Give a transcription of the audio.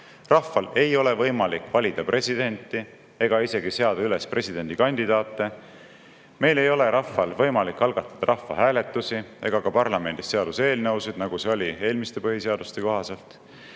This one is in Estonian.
Rahval ei ole võimalik valida presidenti ega isegi seada üles presidendikandidaate. Meil ei ole rahval võimalik algatada rahvahääletusi ega ka parlamendis seaduseelnõusid, nagu see oli eelmiste põhiseaduste kohaselt,